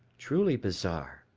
truly bizarre,